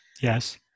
Yes